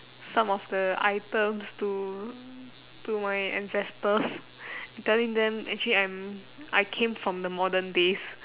some of the items to to my ancestors telling them actually I'm I came from the modern days